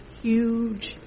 huge